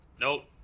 Nope